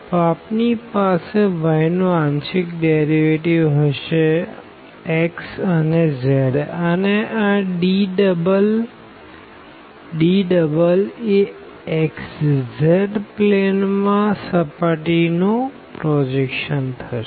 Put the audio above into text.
તો આપણી પાસે y નું પાર્ડેશિઅલ ડેરીવેટીવ હશે x અને z અને આ D ડબલ એ xz પ્લેન માં સર્ફેસ નું પ્રોજેક્શન થશે